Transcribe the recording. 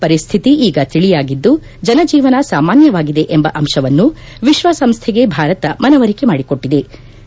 ಪರಿಸ್ಲಿತಿ ಈಗ ತಿಳಿಯಾಗಿದ್ದು ಜನ ಜೀವನ ಸಾಮಾನ್ನವಾಗಿದೆ ಎಂಬ ಅಂಶವನ್ನು ವಿಶ್ವಸಂಸ್ಥೆಗೆ ಭಾರತ ಮನವರಿಕೆ ಮಾಡಿಕೊಟ್ಲದೆ